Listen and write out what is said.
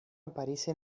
aparece